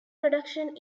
production